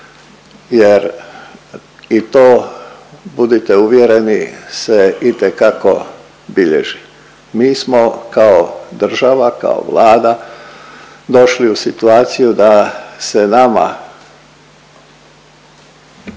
jer i to budite uvjereni se itekako bilježi. Mi smo kao država, kao Vlada došli u situaciju da se nama